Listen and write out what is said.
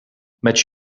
met